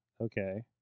Okay